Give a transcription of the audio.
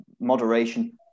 moderation